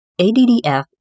ADDF